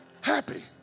happy